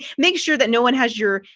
make sure that no one has your,